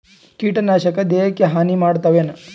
ಕೀಟನಾಶಕ ದೇಹಕ್ಕ ಹಾನಿ ಮಾಡತವೇನು?